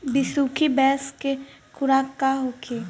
बिसुखी भैंस के खुराक का होखे?